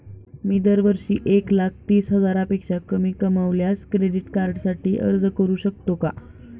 मी दरवर्षी एक लाख तीस हजारापेक्षा कमी कमावल्यास क्रेडिट कार्डसाठी अर्ज करू शकतो का?